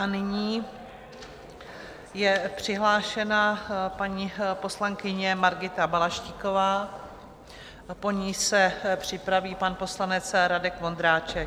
Nyní je přihlášená paní poslankyně Margita Balaštíková a po ní se připraví pan poslanec Radek Vondráček.